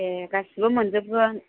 ए गासिबो मोनजोबगोन